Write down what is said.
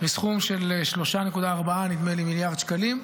בסכום של 3.4, נדמה לי, מיליארד שקלים,